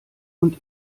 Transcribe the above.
und